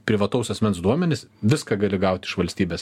privataus asmens duomenys viską gali gaut iš valstybės